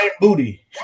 booty